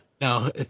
No